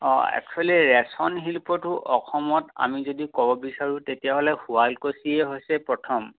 অ' actually ৰেশম শিল্পটো অসমত আমি যদি ক'ব বিচাৰোঁ তেতিয়াহ'লে শুৱালকুচিয়ে হৈছে প্ৰথম